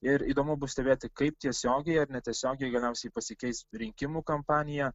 ir įdomu bus stebėti kaip tiesiogiai ar netiesiogiai galiausiai pasikeis rinkimų kampanija